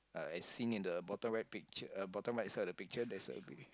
uh as seen in the bottom right pic~ uh bottom right side of the picture there's a